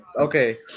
Okay